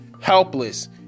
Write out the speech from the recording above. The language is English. helpless